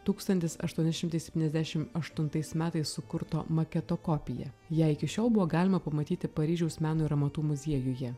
tūkstantis aštuoni šimtai septyniasdešim aštuntais metais sukurto maketo kopija ją iki šiol buvo galima pamatyti paryžiaus meno ir amatų muziejuje